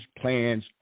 plans